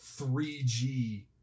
3G